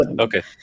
Okay